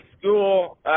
school